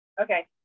Okay